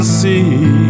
see